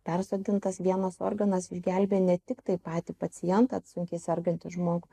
persodintas vienas organas išgelbėjo ne tiktai patį pacientą sunkiai sergantį žmogų